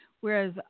Whereas